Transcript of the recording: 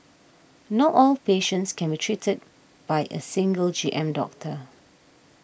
not all patients can be treated by a single G M doctor